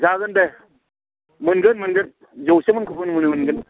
जागोन दे मोनगोन मोनगोन जौसे मनखौ मोनगोन